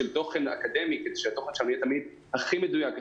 של תוכן אקדמי כדי שהתוכן יהיה תמיד הכי מדויק,